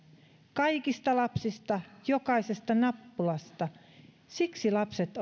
kaikista lapsista jokaisesta nappulasta siksi lapset